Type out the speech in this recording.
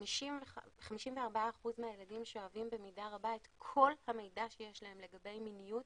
זה 54% מהילדים שואבים במידה רבה את כל המידע שיש להם לגבי מיניות